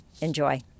Enjoy